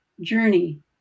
journey